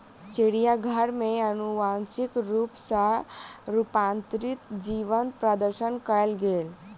चिड़ियाघर में अनुवांशिक रूप सॅ रूपांतरित जीवक प्रदर्शन कयल गेल